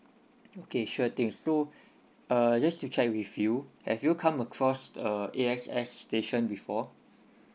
okay sure thing so uh just to check with you have you come across uh A_X_S station before